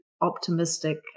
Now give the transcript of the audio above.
optimistic